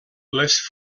les